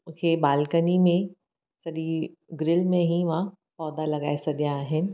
मूंखे बालकनी में सॼी ग्रिल में ई मां पौधा लॻाए छॾिया आहिनि